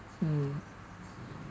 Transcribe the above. mm